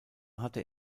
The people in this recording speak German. hatte